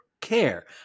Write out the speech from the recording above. care